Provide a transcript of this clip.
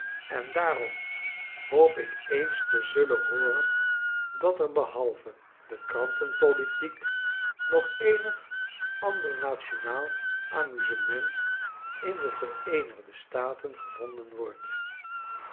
en daarom hoop ik eens te zullen hooren dat er behalve de krantenpolitiek nog eenig an der nationaal amusement in de vereenigde staten gevonden wordt